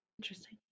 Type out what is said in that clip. Interesting